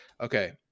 Okay